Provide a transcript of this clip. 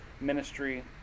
ministry